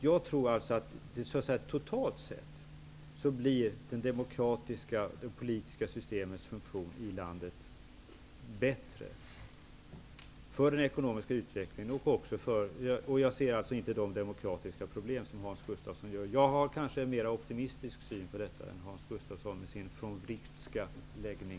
Jag tror att det demokratiska politiska systemets funktion i landet totalt sett blir bättre för den ekonomiska utvecklingen. Jag ser alltså inte de demokratiska problem som Hans Gustafsson gör. Jag har kanske en mer optimistisk syn på detta än Hans Gustafsson med sin Von Wrightska läggning.